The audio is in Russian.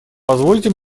позвольте